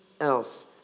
else